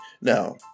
Now